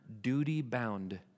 duty-bound